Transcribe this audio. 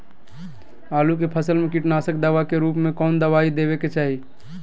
आलू के फसल में कीटनाशक दवा के रूप में कौन दवाई देवे के चाहि?